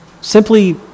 simply